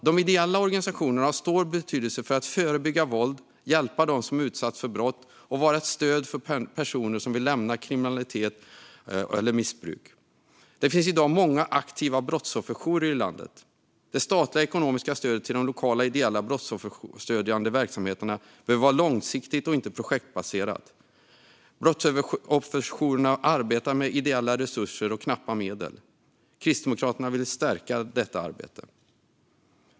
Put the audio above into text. De ideella organisationerna har stor betydelse för att förebygga våld, hjälpa dem som har utsatts för brott och vara ett stöd för personer som vill lämna kriminalitet eller missbruk. Det finns i dag många aktiva brottsofferjourer i landet. Det statliga ekonomiska stödet till de lokala ideella brottsofferstödjande verksamheterna bör vara långsiktigt och inte projektbaserat. Brottsofferjourerna arbetar med ideella resurser och knappa medel. Kristdemokraterna vill stärka detta arbete.